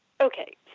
Okay